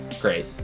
Great